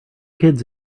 kids